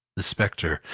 the spectre,